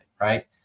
Right